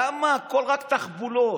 למה הכול רק תחבולות?